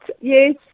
Yes